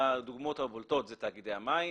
הדוגמאות הבולטות הן תאגידי המים,